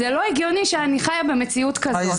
זה לא הגיוני שאני חיה במציאות כזאת.